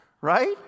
Right